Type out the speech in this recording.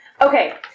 Okay